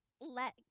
let